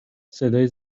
صدای